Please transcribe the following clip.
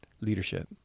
leadership